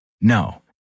No